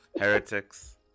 Heretics